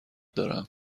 دارم